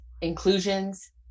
inclusions